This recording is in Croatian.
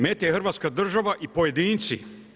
Meta je Hrvatska država i pojedinci.